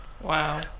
Wow